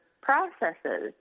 processes